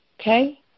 Okay